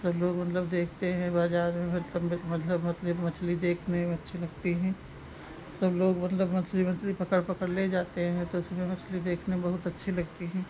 सब लोग मतलब देखते हैं बाजार में मतलब मछली मछली देखने में अच्छी लगती हैं सब लोग मतलब मछली मछली पकड़ पकड़ ले जाते हैं तो उसमें मछली देखने में बहुत अच्छी लगती हैं